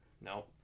No